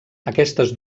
aquestes